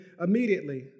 immediately